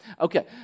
Okay